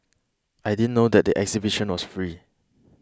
I didn't know that the exhibition was free